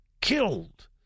killed